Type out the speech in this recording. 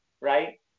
right